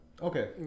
Okay